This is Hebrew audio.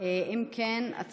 כן,